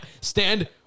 Stand